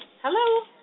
Hello